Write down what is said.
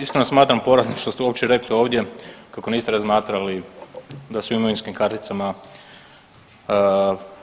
Iskreno smatram poraznim što ste uopće rekli ovdje kako niste razmatrali da se u imovinskim karticama